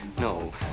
no